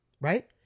right